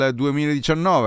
2019